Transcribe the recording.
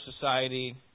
society